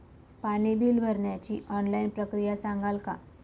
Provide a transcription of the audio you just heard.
पाणी बिल भरण्याची ऑनलाईन प्रक्रिया सांगाल का?